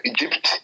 Egypt